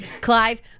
Clive